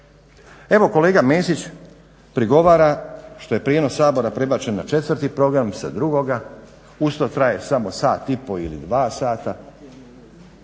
Evo kolega Mesić prigovara što je prijenos Sabora prebačen na 4.program sa 2.uz to traje samo sat i pol ili dva sata